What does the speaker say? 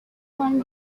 one